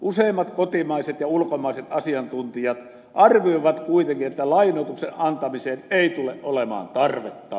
useimmat kotimaiset ja ulkomaiset asiantuntijat arvioivat kuitenkin että lainoituksen antamiseen ei tule olemaan tarvetta